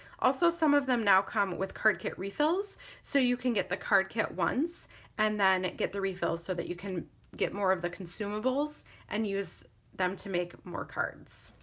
also some of them now come with card kit refills so you can get the card kit once and then get the refills so that you can get more of the consumables and use them to make more cards.